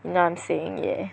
you know what I'm saying yeah